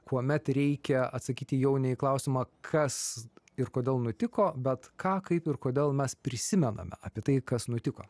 kuomet reikia atsakyti jau ne į klausimą kas ir kodėl nutiko bet ką kaip ir kodėl mes prisimenam apie tai kas nutiko